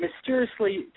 mysteriously